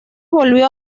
volvió